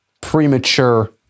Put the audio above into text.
premature